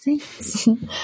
thanks